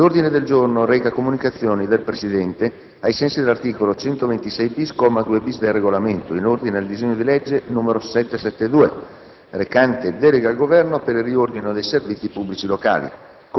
L'ordine del giorno reca comunicazioni del Presidente, ai sensi dell'articolo 126-*bis*, comma 2-*bis*, del Regolamento, in ordine ad disegno di legge n. 772 recante: «Delega al Governo per il riordino dei servizi pubblici locali»,